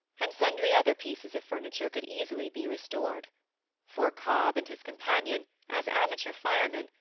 and sundry other pieces of furniture could easily be restored for cobb and his companion, as amateur firemen,